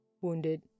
wounded